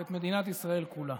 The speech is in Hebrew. ואת מדינת ישראל כולה.